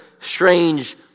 strange